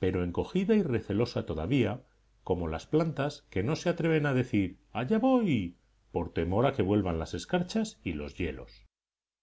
pero encogida y recelosa todavía como las plantas que no se atreven a decir allá voy por temor a que vuelvan las escarchas y los hielos